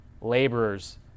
laborers